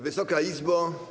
Wysoka Izbo!